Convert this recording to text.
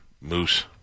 Moose